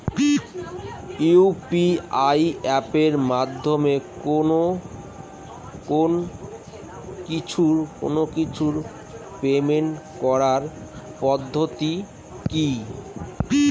UPI এপের মাধ্যমে কোন কিছুর পেমেন্ট করার পদ্ধতি কি?